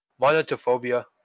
Monotophobia